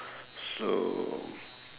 so